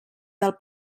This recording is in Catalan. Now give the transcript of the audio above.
del